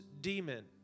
demon